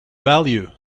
value